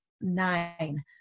nine